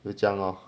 就这样 lor